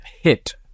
hit